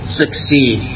succeed